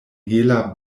hela